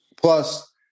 Plus